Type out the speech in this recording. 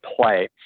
play